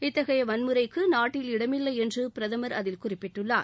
இத்தகைய வன்முறைக்கு நாட்டில் இடமில்லை என்று பிரதமர் அதில் குறிப்பிட்டுள்ளார்